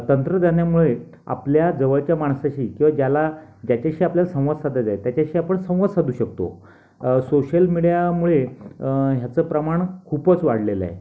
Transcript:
तंत्रज्ञानामुळे आपल्या जवळच्या माणसाशी किंवा ज्याला ज्याच्याशी आपल्याला संवाद साधायचाय त्याच्याशी आपण संवाद साधू शकतो सोशल मीडियामुळे ह्याचं प्रमाण खूपच वाढलेलं आहे